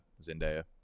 Zendaya